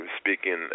speaking